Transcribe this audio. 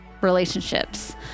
relationships